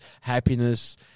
Happiness